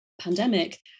pandemic